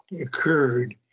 occurred